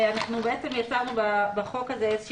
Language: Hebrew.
אנחנו בעצם נתנו בחוק הזה שנותנת איזו